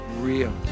real